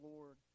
Lord